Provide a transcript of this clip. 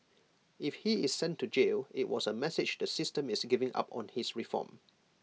if he is sent to jail IT was A message the system is giving up on his reform